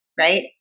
Right